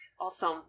Awesome